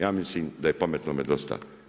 Ja mislim da je pametnom dosta.